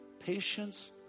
Patience